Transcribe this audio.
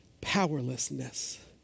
powerlessness